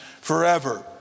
forever